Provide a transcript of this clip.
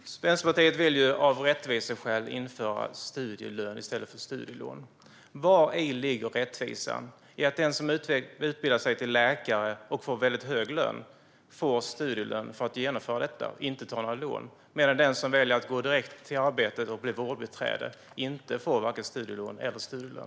Vänsterpartiet vill att rättviseskäl införa studielön i stället för studielån. Var ligger rättvisan i att den som utbildar sig till läkare och får väldigt hög lön får studielön för att genomföra detta och inte tar några lån medan den som väljer att gå direkt till arbetet och bli vårdbiträde inte får vare sig studielån eller studielön?